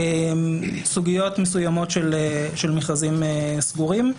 סוגיות מסוימות של מכרזים סגורים.